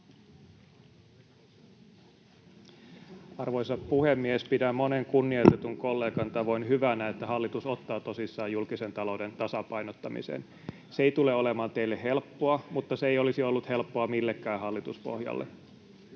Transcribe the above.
Arvoisa puhemies! Pidän monen kunnioitetun kollegan tavoin hyvänä, että hallitus ottaa tosissaan julkisen talouden tasapainottamisen. Se ei tule olemaan teille helppoa, mutta se ei olisi ollut helppoa millekään hallituspohjalle.